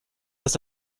dass